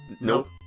nope